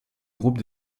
groupe